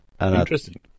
Interesting